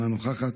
אינה נוכחת,